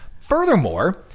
Furthermore